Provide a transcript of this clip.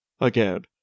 again